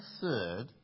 third